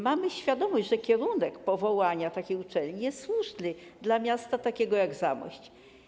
Mamy świadomość, że kierunek powołania takiej uczelni jest słuszny dla miasta takiego jak Zamość.